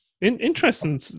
interesting